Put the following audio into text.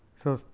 so,